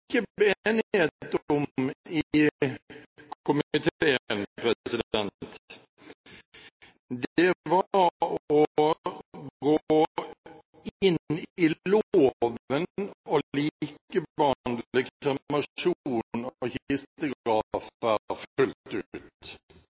om i komiteen, var å gå inn i loven og